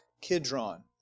Kidron